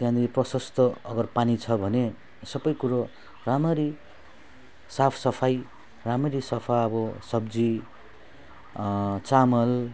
त्यहाँनेरि प्रशस्त अगर पानी छ भने सब कुरो राम्ररी साफ सफाइ राम्ररी सफा अब सब्जी चामल